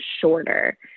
shorter